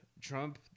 Trump